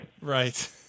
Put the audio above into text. Right